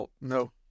no